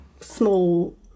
small